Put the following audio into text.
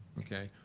okay,